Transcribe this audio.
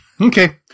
okay